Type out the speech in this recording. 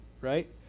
right